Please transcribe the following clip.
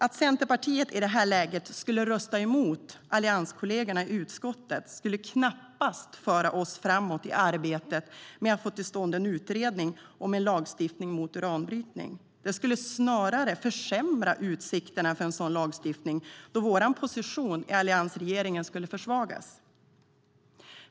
Att Centerpartiet i det här läget skulle rösta emot allianskollegerna i utskottet skulle knappast föra oss framåt i arbetet med att få till stånd en utredning om en lagstiftning mot uranbrytning. Det skulle snarare försämra utsikterna för en sådan lagstiftning, då vår position i alliansregeringen skulle försvagas.